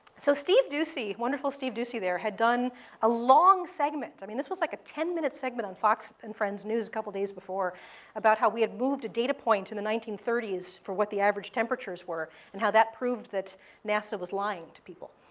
so steve doocy, wonderful steve doocy there had done a long segment. i mean this was like a ten minute segment on fox and friends news a couple days before about how we had moved a data point in the nineteen thirty s for what the average temperatures were, and how that proved that nasa was lying to people.